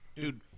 dude